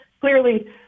clearly